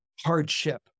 hardship